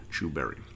Chewberry